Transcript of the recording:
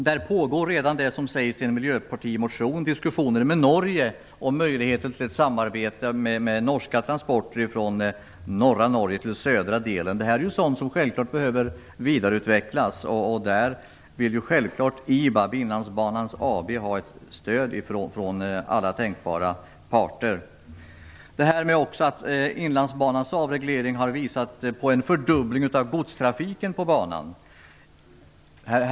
Där pågår redan det som sägs i en motion från Miljöpartiet, nämligen diskussioner med Norge om möjligheten till ett samarbete med norska transporter från norra Norge till den södra delen. Detta är sådant som självfallet behöver vidareutvecklas. Där vill IBAB, Inlandsbanan AB, ha ett stöd från alla tänkbara parter. Inlandsbanans avreglering har visat på en fördubbling av godstrafiken på banan.